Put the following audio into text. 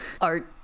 art